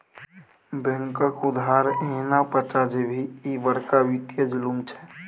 बैंकक उधार एहिना पचा जेभी, ई बड़का वित्तीय जुलुम छै